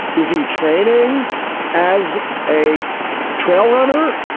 is he training as a trail runner?